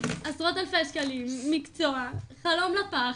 עשרות אלפי שקלים למקצוע, חלום לפח.